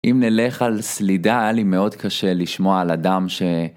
אם נלך על סלידה, היה לי מאוד קשה לשמוע על אדם ש...